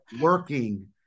working